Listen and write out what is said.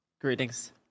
Greetings